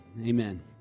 Amen